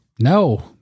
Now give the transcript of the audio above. No